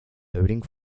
voting